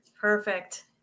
Perfect